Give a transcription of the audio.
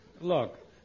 look